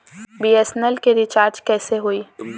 BSNL के recharge कैसे होयी?